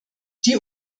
die